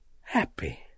Happy